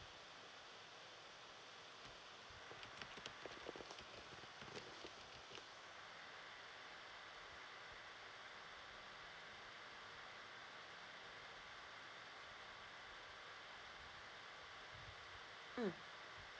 hmm